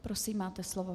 Prosím, máte slovo.